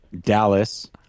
Dallas